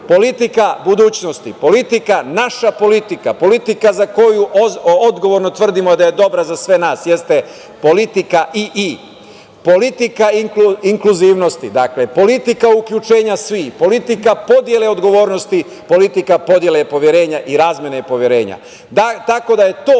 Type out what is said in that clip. politika budućnosti, naša politika, politika za koju odgovorno tvrdimo da je dobra za sve nas jeste politika ii. Dakle, politika inkluzivnosti, politika uključenja svih, politika podele odgovornosti, politika podele poverenja i razmene poverenja. Tako da je to